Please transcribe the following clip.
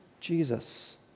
Jesus